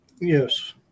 Yes